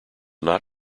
not